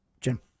Jim